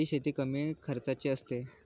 कोणती शेती कमी खर्चाची असते?